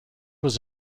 was